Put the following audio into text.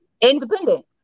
Independent